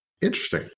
Interesting